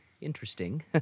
interesting